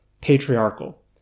patriarchal